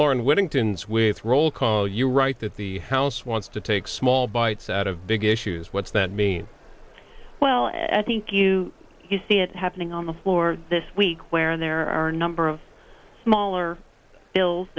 or in whittington swith roll call you write that the house wants to take small bites out of big issues what's that mean well i think you you see it happening on the floor this week where there are a number of smaller bills